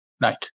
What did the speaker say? night